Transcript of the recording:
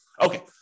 Okay